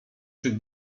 czy